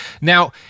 Now